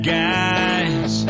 guys